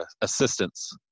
assistance